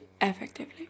effectively